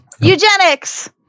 Eugenics